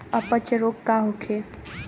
अपच रोग का होखे?